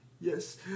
Yes